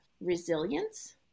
resilience